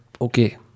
okay